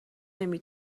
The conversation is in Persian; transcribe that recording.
نمی